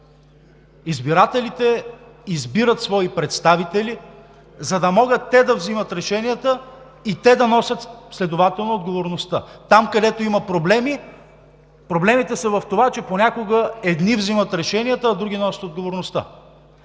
избирателите избират свои представители, за да могат те да взимат решенията и следователно да носят отговорността. Там, където има проблеми, проблемите са в това, че понякога едни взимат решенията, а други носят отговорността.